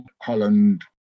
Holland